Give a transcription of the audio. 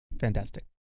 Fantastic